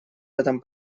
этом